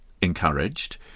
encouraged